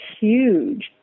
huge